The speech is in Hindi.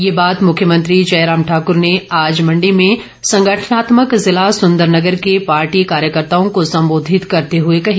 ये बात मुख्यमंत्री जयराम ठाकूर ने आज मंडी में संगठनात्मक जिला सुंदरनगर के पार्टी कार्यकर्ताओं को संबोधित करते हुए कही